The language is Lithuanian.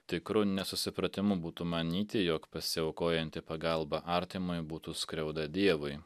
tikru nesusipratimu būtų manyti jog pasiaukojanti pagalba artimui būtų skriauda dievui